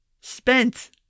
spent